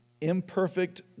imperfect